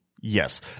Yes